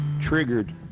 triggered